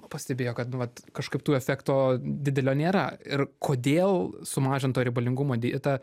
pastebėjo kad nu vat kažkaip tų efekto didelio nėra ir kodėl sumažinto riebalingumo dieta